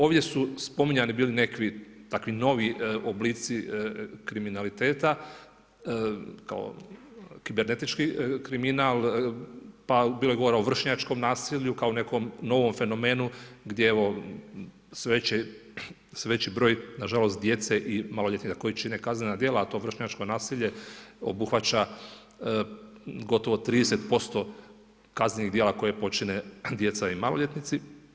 Ovdje su spominjani bili nekvi takvi novi oblici kriminaliteta kao kibernetički kriminal, pa bilo je govora o vršnjačkom nasilju kao nekom novom fenomenu gdje evo sve veći broj na žalost djece i maloljetnika koji čine kaznena djela, a to vršnjačko nasilje obuhvaća gotovo 30% kaznenih djela koje počine djeca i maloljetnici.